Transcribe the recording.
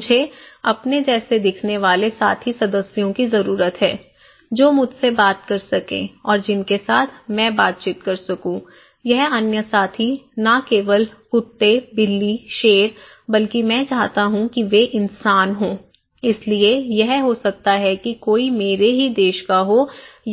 मुझे अपने जैसे दिखने वाले साथी सदस्यों की जरूरत है जो मुझसे बात कर सकें और जिनके साथ मैं बातचीत कर सकूं यह अन्य साथी न केवल कुत्ते बिल्ली शेर बल्कि मैं चाहता हूं कि वे इंसान हो इसलिए यह हो सकता है कि कोई मेरे ही देश का हो